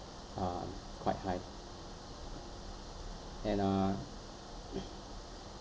um quite high and uh